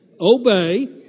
obey